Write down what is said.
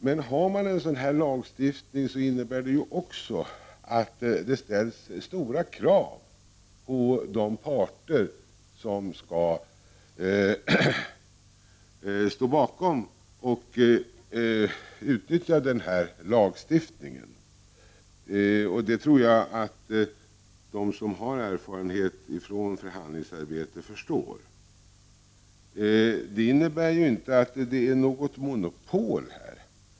Men har man sådan lagstiftning ställs det också stora krav på de parter som skall utnyttja lagstiftningen. Det tror jag att de som har erfarenhet av förhandlingsarbete förstår. Det innebär inte att det är något monopol.